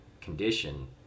condition